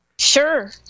Sure